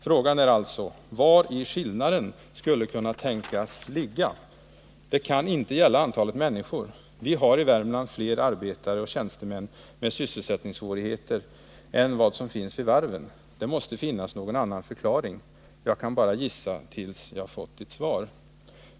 Frågan är alltså vari skillnaden skulle kunna tänkas ligga. Det kan inte gälla antalet människor. Vi har i Värmland fler arbetare och tjänstemän med sysselsättningssvårigheter än vad som finns vid varven. Det måste finnas någon annan förklaring. Jag kan bara gissa tills jag fått Ditt svar.